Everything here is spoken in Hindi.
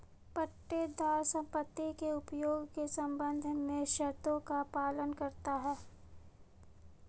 पट्टेदार संपत्ति के उपयोग के संबंध में शर्तों का पालन करता हैं